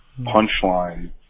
punchline